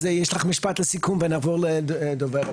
אז יש לך משפט לסיכום ונעבור לדובר הבא.